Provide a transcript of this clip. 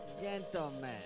Gentlemen